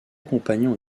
compagnons